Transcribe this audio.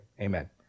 Amen